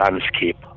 landscape